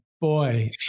boy